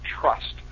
trust